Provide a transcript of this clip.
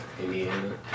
Indiana